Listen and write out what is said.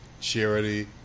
Charity